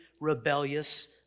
rebellious